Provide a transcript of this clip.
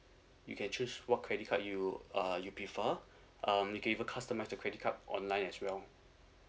you can choose what credit card you uh you prefer um you can even customise your credit card online as well